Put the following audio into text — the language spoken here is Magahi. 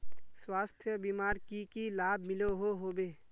स्वास्थ्य बीमार की की लाभ मिलोहो होबे?